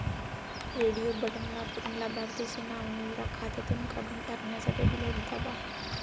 radio button वापरून लाभार्थीचे नाव निवडा, खात्यातून काढून टाकण्यासाठी डिलीट दाबा